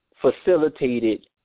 facilitated